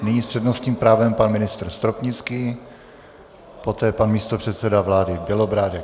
Nyní s přednostním právem pan ministr Stropnický, poté pan místopředseda vlády Bělobrádek.